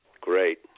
Great